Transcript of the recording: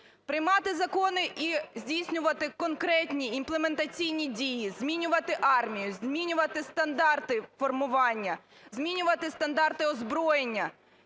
Приймати закони і здійснювати конкретні імплементаційні дії: змінювати армію, змінювати стандарти формування, змінювати стандарти озброєння,